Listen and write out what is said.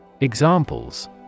Examples